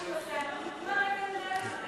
תנו לה לנהל את זה.